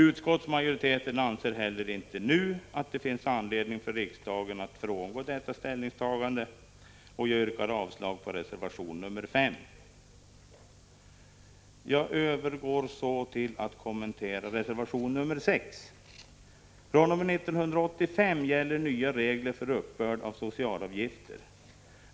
Utskottsmajoriteten anser heller inte nu att det finns anledning för riksdagen att frångå detta ställningstagande. Jag yrkar avslag på reservation 5. Jag övergår så till att kommentera reservation 6. fr.o.m. 1985 gäller nya — Prot. 1985/86:38 regler för uppbörd av socialavgifter.